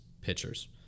pitchers